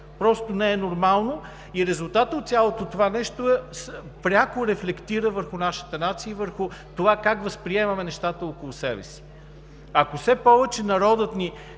Просто не е нормално. Резултатът от цялото това нещо пряко рефлектира върху нашата нация и върху това как възприемаме нещата около себе си. Ако все повече народът ни